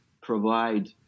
provide